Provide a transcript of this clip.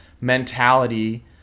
mentality